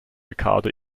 ricardo